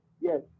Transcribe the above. yes